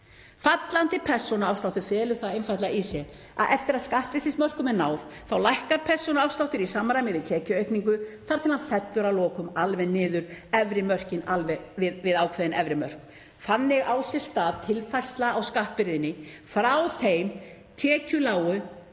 Fallandi persónuafsláttur felur það einfaldlega í sér að eftir að skattleysismörkum er náð lækkar persónuafsláttur í samræmi við tekjuaukningu þar til hann fellur að lokum alveg niður við ákveðin efri mörk. Þannig á sér stað tilfærsla á skattbyrðinni frá þeim tekjuháu